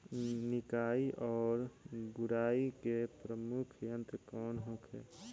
निकाई और गुड़ाई के प्रमुख यंत्र कौन होखे?